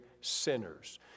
sinners